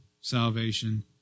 salvation